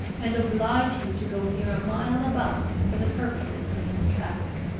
and oblige him to go near a mile about for the purposes of his traffic.